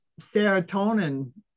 serotonin